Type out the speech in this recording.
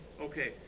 Okay